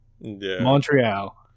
Montreal